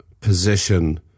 position